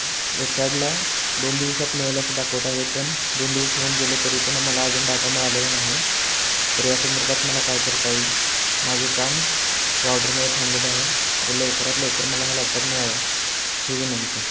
वेबसाईटला दोन दिवसात मिळेल अशी दाखवत आहे पण दोन दिवस होऊन गेले तरी पण मला अजून डाटा मिळालेला नाही तर या संदर्भात मला काय करता येईल माझे काम या ऑर्डरमुळे थांबलेलं आहे तरी लवकरात लवकर मला हा लॅपटॉप मिळावा ही विनंती